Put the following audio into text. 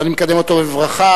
ואני מקדם אותו בברכה,